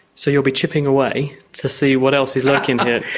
so you'll be chipping away to see what else is lurking here.